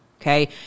Okay